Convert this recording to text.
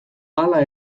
hala